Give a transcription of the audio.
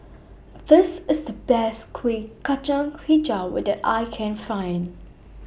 This IS The Best Kuih Kacang Hijau I Can Find